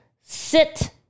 sit